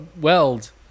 weld